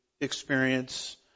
experience